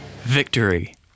Victory